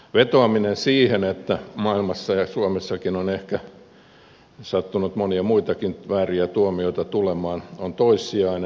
vetoaminen siihen että maailmassa ja suomessakin on ehkä sattunut monia muitakin vääriä tuomioita tulemaan on toissijainen